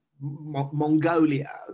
Mongolia